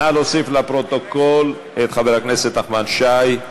נא להוסיף לפרוטוקול את חבר הכנסת נחמן שי.